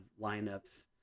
lineups